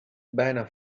bijna